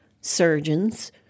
surgeons